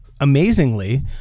Amazingly